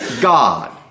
God